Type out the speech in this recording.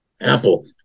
apple